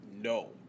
No